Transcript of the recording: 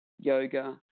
Yoga